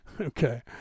Okay